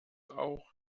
auch